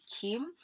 Kim